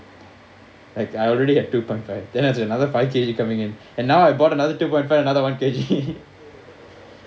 I already had two point five and there's another five K_G coming in and now I bought another two point five another one K_G